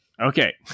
Okay